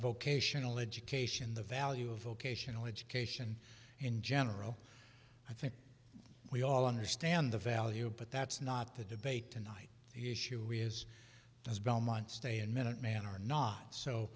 vocational education the value of vocational education in general i think we all understand the value but that's not the debate tonight the issue is does belmont stay in minute man or not so